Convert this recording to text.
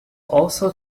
also